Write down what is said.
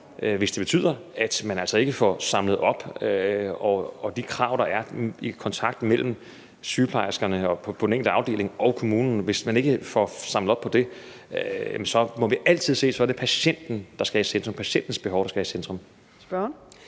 hvis det betyder, at man ikke får samlet op på det i forhold til de krav, der er i kontakten mellem sygeplejerskerne på den enkelte afdeling og kommunen, så må vi altid sige, at det er patienten, der skal i centrum,